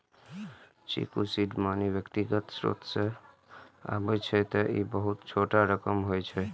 चूंकि seed money व्यक्तिगत स्रोत सं आबै छै, तें ई बहुत छोट रकम होइ छै